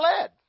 led